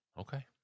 Okay